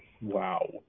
Wow